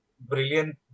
brilliant